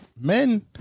men